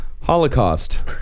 Holocaust